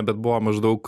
bet buvo maždaug